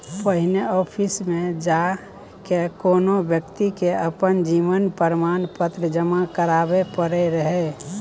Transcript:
पहिने आफिसमे जा कए कोनो बेकती के अपन जीवन प्रमाण पत्र जमा कराबै परै रहय